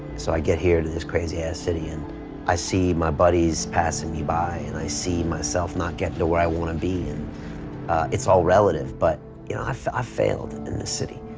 so i get here to this crazy ass city and i see my buddies passing me by and i see myself not getting to where i want to be and it's all relative, but you know i've i've failed in this city